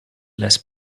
less